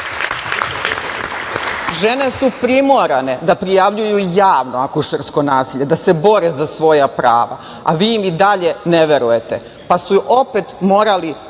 su primorane da prijavljuju javno akušersko nasilje, da se bore za svoja prava. Vi im i dalje ne verujete. Pa, su opet morali,